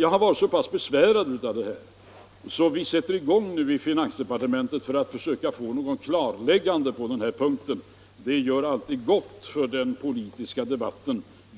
Jag har varit så besvärad av detta förhållande att vi i finansdepartementet nu försöker få till stånd ett klarläggande på denna punkt.